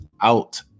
out